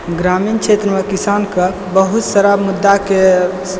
ग्रामीण क्षेत्र मे किसान के बहुत सारा मुद्दा के